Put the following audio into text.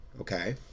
Okay